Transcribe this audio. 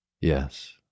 Yes